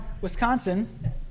Wisconsin